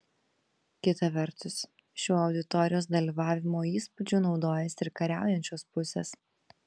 kita vertus šiuo auditorijos dalyvavimo įspūdžiu naudojasi ir kariaujančios pusės